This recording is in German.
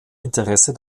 interesse